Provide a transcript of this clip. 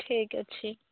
ଠିକ୍ ଅଛି